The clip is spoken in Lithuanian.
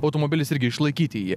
automobilis irgi išlaikyti jį